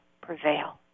prevail